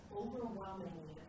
overwhelmingly